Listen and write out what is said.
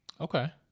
Okay